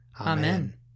Amen